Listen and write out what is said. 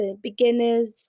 beginners